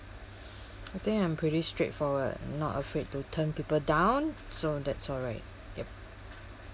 I think I'm pretty straightforward not afraid to turn people down so that's all right